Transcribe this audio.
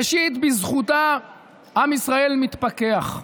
ראשית, בזכותה עם ישראל מתפקח.